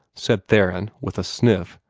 said theron, with a sniff.